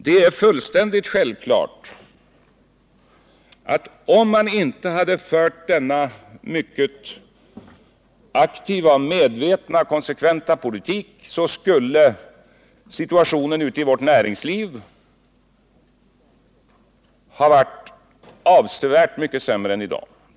Det är fullständigt självklart att om man inte hade fört denna mycket aktiva, medvetna och konsekventa politik så skulle situationen ute i vårt näringsliv ha varit avsevärt mycket sämre än i dag.